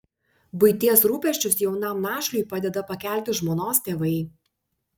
buities rūpesčius jaunam našliui padeda pakelti žmonos tėvai